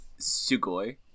Sugoi